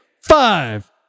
Five